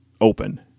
open